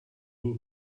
wool